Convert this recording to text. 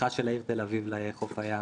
פתיחה של העיר תל אביב לחוף הים.